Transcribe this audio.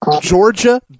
Georgia